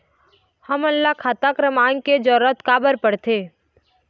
हमन ला खाता क्रमांक के जरूरत का बर पड़थे?